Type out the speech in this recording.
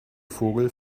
vogel